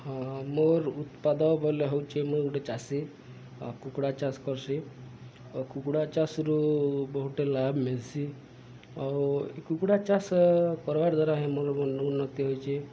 ହଁ ମୋର୍ ଉତ୍ପାଦ ବଲେ ହେଉଛି ମୁଁ ଗୋଟେ ଚାଷୀ କୁକୁଡ଼ା ଚାଷ କର୍ସି ଆଉ କୁକୁଡ଼ା ଚାଷରୁ ବହୁଟେ ଲାଭ ମିଲ୍ସି ଆଉ ଏ କୁକୁଡ଼ା ଚାଷ କର୍ବାର ଦ୍ୱାରା ହେଁ ମୋର ଉନ୍ନତି ହୋଇଛି